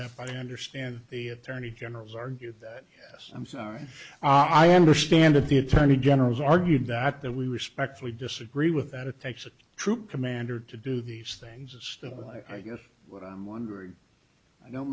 that i understand the attorney general's argue that yes i'm sorry i understand that the attorney general's argued that that we respectfully disagree with that it takes a troop commander to do these things and still i guess what i'm wondering i don't